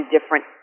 different